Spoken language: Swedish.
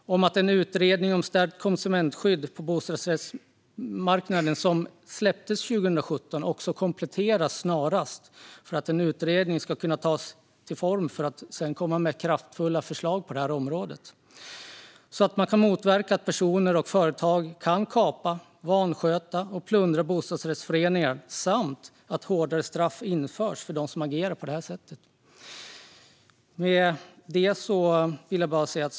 Vidare ska utredningen från 2017 om stärkt konsumentskydd på bostadsrättsmarknaden snarast kompletteras så att vi kan få kraftfulla förslag på detta område och motverka att personer och företag kan kapa, vansköta och plundra bostadsrättsföreningar. Dessutom behöver hårdare straff införas för dem som agerar på detta sätt.